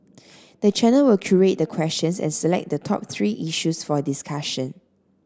the channel will curate the questions and select the top three issues for discussion